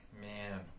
Man